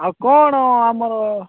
ଆଉ କ'ଣ ଆମର